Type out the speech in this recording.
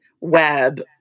web